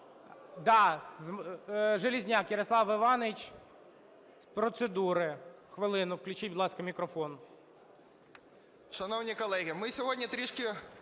ласка. Железняк Ярослав Іванович, з процедури, хвилину. Включіть, будь ласка, мікрофон.